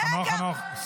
רגע, חנוך.